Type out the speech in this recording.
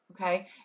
Okay